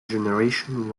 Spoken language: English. generation